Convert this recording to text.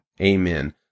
Amen